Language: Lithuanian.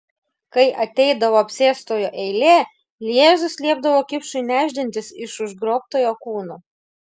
kai ateidavo apsėstojo eilė jėzus liepdavo kipšui nešdintis iš užgrobtojo kūno